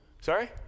Sorry